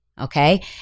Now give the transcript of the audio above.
Okay